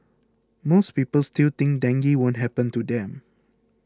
most people still think dengue won't happen to them